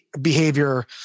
behavior